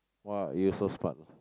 !wah! you so smart